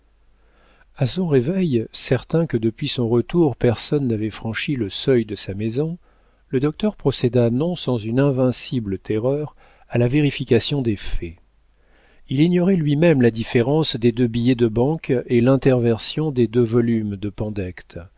a son réveil certain que depuis son retour personne n'avait franchi le seuil de sa maison le docteur procéda non sans une invincible terreur à la vérification de faits il ignorait lui-même la différence des deux billets de banque et l'interversion des deux volumes de